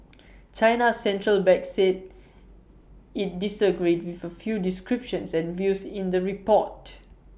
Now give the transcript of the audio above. China's Central Bank said IT disagreed with A few descriptions and views in the report